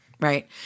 right